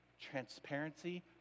transparency